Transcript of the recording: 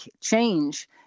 change